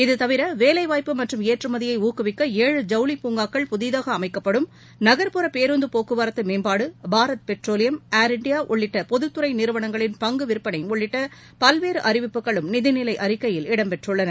இதுதவிர வேலை வாய்ப்பு மற்றும் ஏற்றுமதியை ஊக்குவிக்க ஏழு ஜவுளிப் பூங்காக்கள் புதிதாக அமைக்கப்படும் நகர்ப்புற பேருந்து போக்குவரத்து மேம்பாடு பாரத் பெட்ரோலியம் ஏர் இண்டியா உள்ளிட்ட பொதுத்துறை நிறுவனங்களின் பங்கு விற்பனை உள்ளிட்ட பல்வேறு அறிவிப்புகளும் நிதிநிலை அறிக்கையில் இடம் பெற்றுள்ளன